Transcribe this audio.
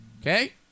Okay